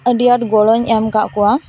ᱟᱹᱰᱤ ᱟᱴ ᱜᱚᱲᱚᱧ ᱮᱢ ᱟᱠᱟᱫ ᱠᱚᱣᱟ